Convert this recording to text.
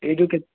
ଏଇ ଯେଉଁ